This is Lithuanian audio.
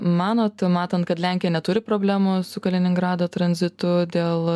manot matant kad lenkija neturi problemų su kaliningrado tranzitu dėl